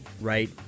right